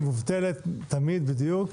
-- מובטלת תמיד, בדיוק,